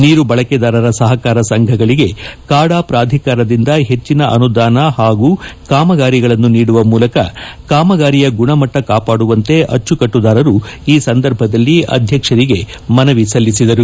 ನೀರು ಬಳಕೆದಾರರ ಸಹಕಾರ ಸಂಘಗಳಗೆ ಕಾಡ ಪ್ರಾಧಿಕಾರದಿಂದ ಹೆಚ್ಚನ ಅನುದಾನ ಹಾಗೂ ಕಾಮಗಾರಿಗಳನ್ನು ನೀಡುವ ಮೂಲಕ ಕಾಮಗಾರಿಯ ಗುಣಮಟ್ಟ ಕಾಪಾಡುವಂತೆ ಅಚ್ಚುಕಟ್ಟುದಾರರು ಈ ಸಂದರ್ಭದಲ್ಲಿ ಅಧ್ಯಕ್ಷರಿಗೆ ಮನವಿ ಸಲ್ಲಿಸಿದರು